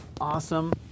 awesome